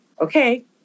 okay